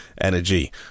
Energy